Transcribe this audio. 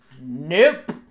Nope